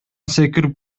секирип